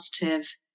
positive